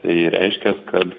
tai reiškias kad